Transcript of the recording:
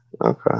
Okay